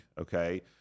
okay